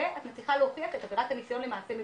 את מצליחה להוכיח את ההגדרה לניסיון במעשה מגונה,